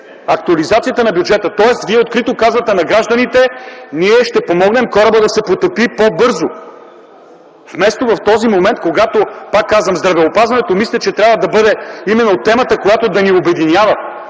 актуализацията на бюджета. Вие открито казвате на гражданите: „Ние ще помогнем кораба да се потопи по-бързо”, вместо в този момент, когато, пак казвам, здравеопазването, мисля, че трябва да бъде именно темата, която да ни обединява.